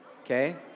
Okay